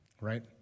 right